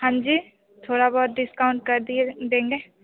हाँ जी थोड़ा बहुत डिस्काउंट कर दिए देंगे